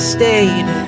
stayed